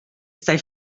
stai